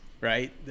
Right